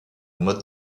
mode